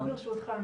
ברשותך,